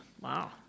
Wow